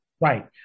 right